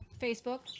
Facebook